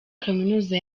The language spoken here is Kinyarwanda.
kaminuza